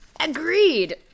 Agreed